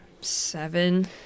Seven